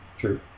True